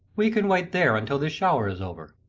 we can wait there until this shower is over.